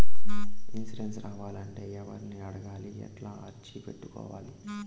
Insurance రావాలంటే ఎవర్ని అడగాలి? ఎట్లా అర్జీ పెట్టుకోవాలి?